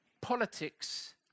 politics